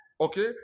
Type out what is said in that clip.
Okay